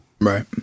right